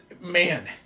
man